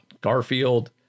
garfield